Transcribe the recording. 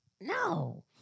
No